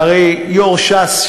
והרי יו"ר ש"ס,